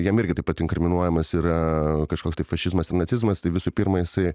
jam irgi taip pat inkriminuojamas yra kažkoks tai fašizmas nacizmas tai visų pirma jisai